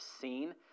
seen